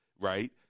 right